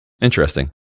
Interesting